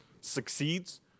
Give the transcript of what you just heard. succeeds